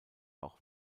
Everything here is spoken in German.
auch